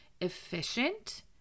efficient